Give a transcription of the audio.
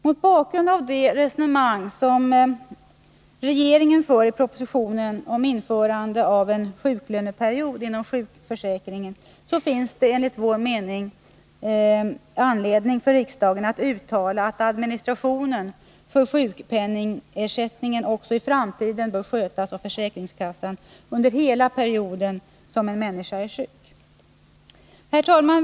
Mot bakgrund av de resonemang som regeringen för i propositionen om införande av en sjuklöneperiod inom sjukförsäkringen finns det enligt vår mening anledning för riksdagen att uttala att administrationen av sjukpen 137 ningersättningen också i framtiden bör skötas av försäkringskassan under hela den period som en människa är sjuk. Herr talman!